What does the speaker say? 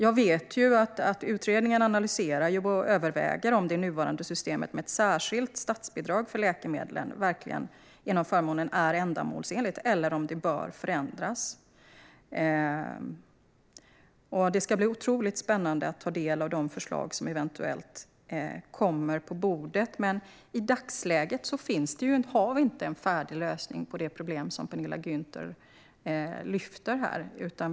Jag vet att utredningen analyserar och överväger om det nuvarande systemet med ett särskilt statsbidrag för läkemedlen inom förmånen är ändamålsenligt eller om det bör förändras. Det ska bli otroligt spännande att ta del av de förslag som eventuellt kommer på bordet, men i dagsläget har vi inte en färdig lösning på det problem som Penilla Gunther lyfter.